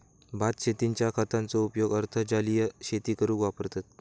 भात शेतींच्या खताचो उपयोग अर्ध जलीय शेती करूक वापरतत